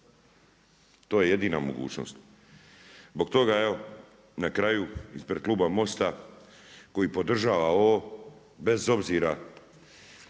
To je jedina mogućnost. Zbog toga evo, na kraju ispred Kluba Mosta, koji podržava ovo, bez obzira